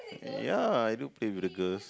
ya I do play with the girls